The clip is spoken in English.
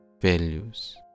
values